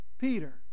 Peter